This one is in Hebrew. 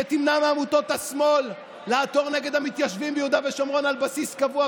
שתמנע מעמותות השמאל לעתור נגד המתיישבים ביהודה ושומרון על בסיס קבוע,